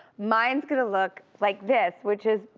mine's gonna look like this, which is,